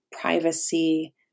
privacy